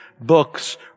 books